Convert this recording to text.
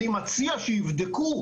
אני מציע שיבדקו,